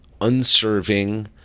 unserving